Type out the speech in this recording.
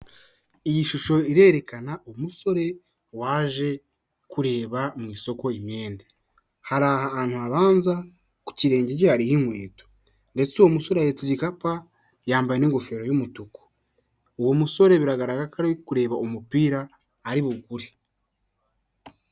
Iyi shusho irerekana umusore waje kureba mu isoko imyenda. Hari ahantu habanza ku kirenge cye hariho inkweto, ndetse uwo musore ahetseze igikapa yambaye n'ingofero y'umutuku. Uwo musore biragaragara ko ari kureba umupira ari bugure.